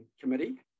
committee